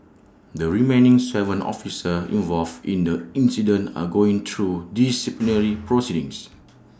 the remaining Seven officers involved in the incident are going through disciplinary proceedings